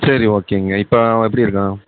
சரி ஓகேங்க இப்போ அவன் எப்படி இருக்கான்